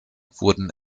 wurden